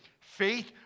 faith